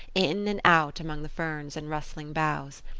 in and out among the ferns and rustling boughs.